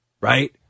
right